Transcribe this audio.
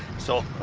so.